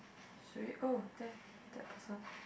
should we oh there that person